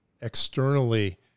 externally